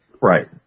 Right